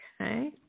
Okay